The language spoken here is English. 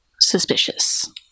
suspicious